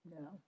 No